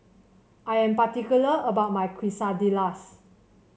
I am particular about my Quesadillas